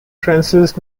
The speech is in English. francis